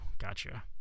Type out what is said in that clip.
gotcha